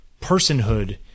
personhood